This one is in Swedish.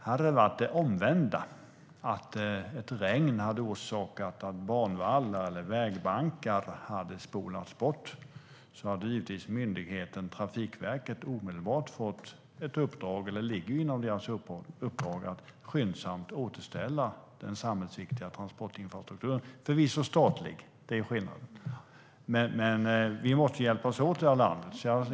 Hade det varit det omvända, att ett regn hade orsakat att banvallar eller vägbankar hade spolats bort, hade givetvis myndigheten Trafikverket omedelbart fått göra det som ligger inom dess uppdrag, att skyndsamt återställa den samhällsviktiga transportinfrastrukturen. Den är förvisso statlig, och det är skillnaden. Men vi måste hjälpas åt i det här landet.